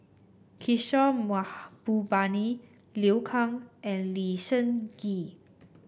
Kishore Mahbubani Liu Kang and Lee Seng Gee